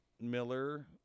Miller